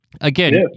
Again